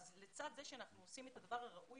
לצד זה שאנחנו עושים את הדבר הראוי